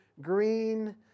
green